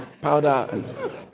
powder